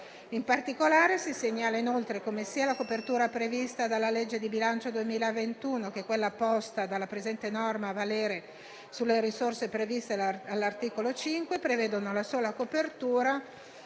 In particolare, si segnala come sia la copertura prevista dalla legge di bilancio 2021 che quella posta dalla presente norma a valere sulle risorse previste dall'articolo 5, prevedono la sola copertura